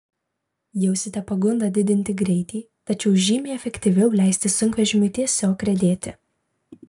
jausite pagundą didinti greitį tačiau žymiai efektyviau leisti sunkvežimiui tiesiog riedėti